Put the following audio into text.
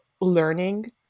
learning